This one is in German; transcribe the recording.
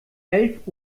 elf